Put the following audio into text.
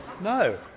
no